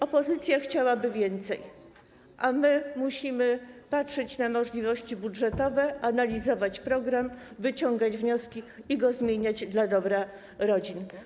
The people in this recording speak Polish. Opozycja chciałaby więcej, a my musimy patrzeć na możliwości budżetowe, analizować program, wyciągać wnioski i zmieniać go dla dobra rodzin.